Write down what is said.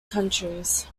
countries